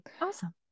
Awesome